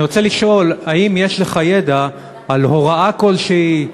אני רוצה לשאול אם יש לך ידע על הוראה כלשהי,